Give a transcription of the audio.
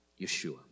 Yeshua